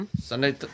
Sunday